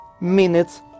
minutes